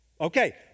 Okay